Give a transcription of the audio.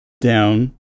down